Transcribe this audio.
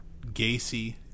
Gacy